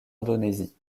indonésie